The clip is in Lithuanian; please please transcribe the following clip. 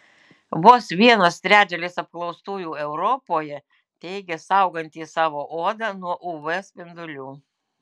vos vienas trečdalis apklaustųjų europoje teigia saugantys savo odą nuo uv spindulių